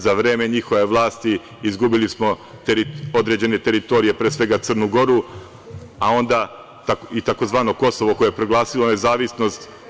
Za vreme njihove vlasti izgubili smo određene teritorije, pre svega Crnu Goru, a onda i tzv. Kosovo, koje je proglasilo nezavisnost.